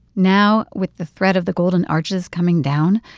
now, with the threat of the golden arches coming down,